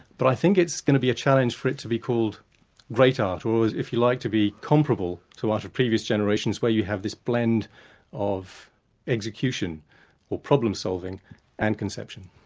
but i think it's going to be a challenge for it to be called great art, or if you like to be comparable to art of previous generations where you have this blend of execution or problem-solving and conception.